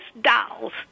dolls